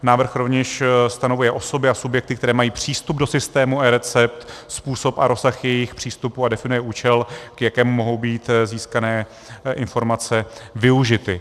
Návrh rovněž stanovuje osoby a subjekty, které mají přístup do systému eRecept, způsob a rozsah jejich přístupu a definuje účel, k jakému mohou být získané informace využity.